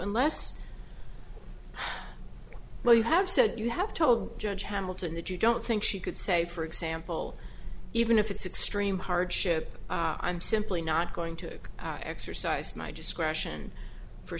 unless you have said you have told judge hamilton that you don't think she could say for example even if it's extreme hardship i'm simply not going to exercise my discretion for